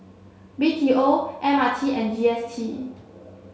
B T O M R T and G S T